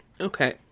Okay